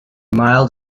mild